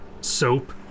soap